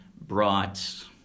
brought